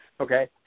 Okay